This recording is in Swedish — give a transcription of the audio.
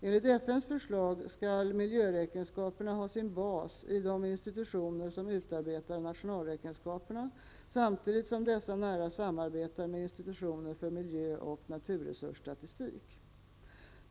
Enligt FN:s förslag skall miljöräkenskaperna ha sin bas i de institutioner som utarbetar nationalräkenskaperna, samtidigt som dessa nära samarbetar med institutioner för miljö och naturresursstatistik.